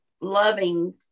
loving